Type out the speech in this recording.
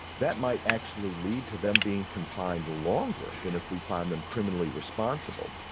that might actually lead to them being confined longer than if we find them criminally responsible.